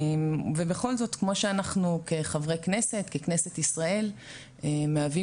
ובכל זאת כמו שאנחנו כחברי כנסת ככנסת ישראל מהווים